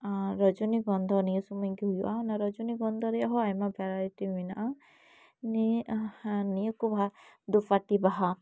ᱟᱨ ᱨᱚᱡᱚᱱᱤ ᱜᱚᱱᱫᱷᱟ ᱱᱤᱭᱟᱹ ᱥᱩᱢᱟᱹᱭ ᱜᱮ ᱦᱩᱭᱩᱜᱼᱟ ᱚᱱᱟ ᱨᱚᱡᱚᱱᱤ ᱜᱚᱱᱫᱷᱟ ᱨᱮᱭᱟᱜ ᱦᱚᱸ ᱟᱭᱢᱟ ᱵᱷᱮᱨᱟᱭᱴᱤ ᱢᱮᱱᱟᱜᱼᱟ ᱱᱤᱭᱟᱹ ᱱᱤᱭᱟᱹ ᱠᱚ ᱵᱟᱦᱟ ᱫᱳᱯᱟᱴᱤ ᱵᱟᱦᱟ